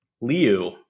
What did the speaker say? Liu